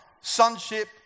sonship